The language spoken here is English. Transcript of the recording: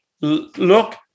Look